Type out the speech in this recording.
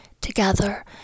together